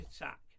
attack